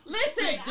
listen